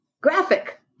graphic